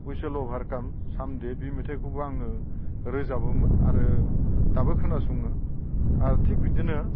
उइ सेल अफार खाम साम दे बे मेथाइखौबो आङो रोजाबोमोन आरो दाबो खोनासङो आरो थिग बिदिनो